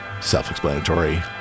self-explanatory